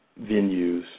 venues